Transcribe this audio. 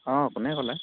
অঁ কোনে ক'লে